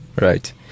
Right